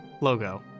Logo